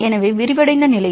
எனவே விரிவடைந்த நிலையில்